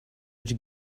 did